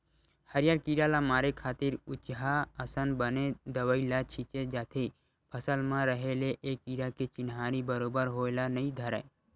हरियर कीरा ल मारे खातिर उचहाँ असन बने दवई ल छींचे जाथे फसल म रहें ले ए कीरा के चिन्हारी बरोबर होय ल नइ धरय